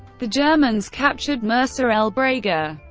the germans captured mersa el brega.